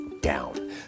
down